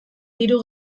diru